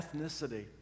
ethnicity